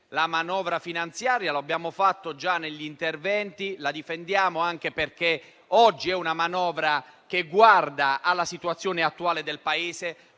la manovra finanziaria; lo abbiamo fatto già negli interventi e la difendiamo anche perché è una manovra che guarda alla situazione attuale del Paese